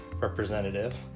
representative